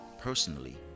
personally